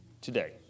today